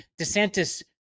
DeSantis